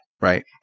Right